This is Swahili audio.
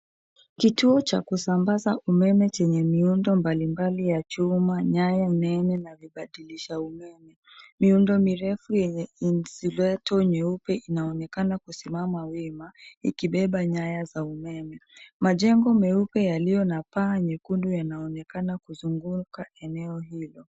Kituo cha kusambaza umeme chenye miundo mbalimbali ya chum, nyaya, mene na vibadilisha umeme. Miundo mirefu yenye insulator nyeupe inaonekana kusimama wima ikibeba nyaya za umeme. Majengo meupe yaliyo na paa nyekundu yanaonekana kuzunguka eneo hilo.